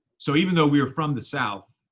so even though we were from the south,